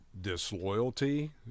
disloyalty